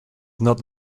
not